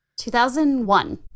2001